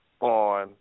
on